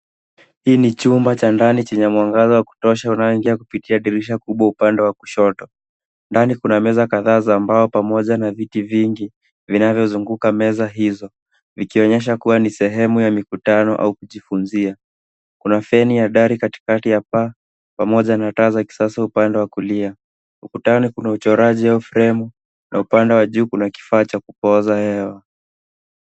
Hii ni chumba cha ndani chenye mwangaza wa kutosha unaoingia kupitia dirisha kubwa upande wa kushoto. Ndani kuna meza kadhaa za mbao pamoja na viti vingi vinavyozunguka meza hizo, vikionyesha kuwa ni sehemu ya mikutano au kujifunzia. Kuna feni ya dari katikati ya paa, pamoja na taa za kisasa upande wa kulia. Ukutani kuna uchoraji au fremu, na upande wa juu kuna kifaa cha kupooza hewa.